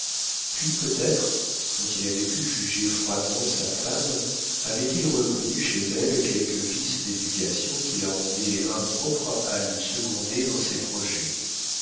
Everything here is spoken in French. puis peut-être quand il avait pu juger froidement sa femme avait-il reconnu chez elle quelques vices d'éducation qui la rendaient impropre à le seconder dans ses projets